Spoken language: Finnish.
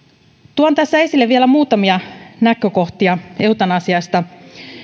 tuon tässä esille vielä muutamia näkökohtia eutanasiasta